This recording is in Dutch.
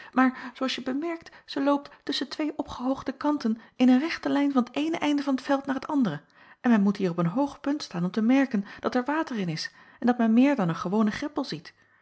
maar zoo als je bemerkt ze loopt tusschen twee opgehoogde kanten in een rechte lijn van t eene einde van t veld naar t andere en men moet hier op een hoog punt staan om te merken dat er water in is en dat men meer dan een gewonen greppel ziet